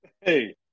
Hey